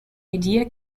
idea